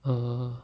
err